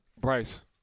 Bryce